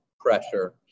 pressure